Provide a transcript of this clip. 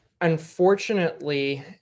unfortunately